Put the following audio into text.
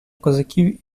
козаків